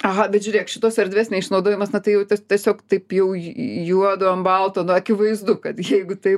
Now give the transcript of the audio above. aha bet žiūrėk šitos erdvės neišnaudojimas na tai jau tas tiesiog taip jau juodu ant balto na akivaizdu kad jeigu tai